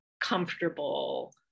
comfortable